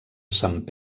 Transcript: sant